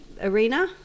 arena